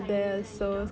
the tiny tiny dog